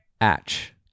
Atch